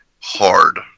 hard